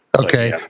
Okay